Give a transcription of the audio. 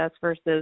versus